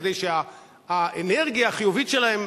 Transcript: כדי שהאנרגיה החיובית שלהם,